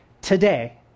today